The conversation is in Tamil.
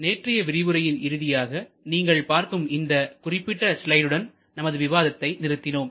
நேற்றைய விரிவுரையில் இறுதியாக நீங்கள் பார்க்கும் இந்த குறிப்பிட்ட ஸ்லைட்டுடன் நமது விவாதத்தை நிறுத்தினோம்